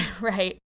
right